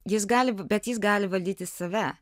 jis gali bet jis gali valdyti save